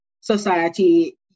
society